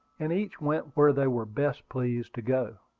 and each went where they were best pleased to go.